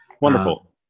Wonderful